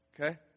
Okay